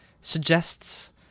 suggests